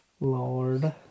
Lord